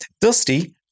dusty